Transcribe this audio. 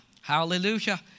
Hallelujah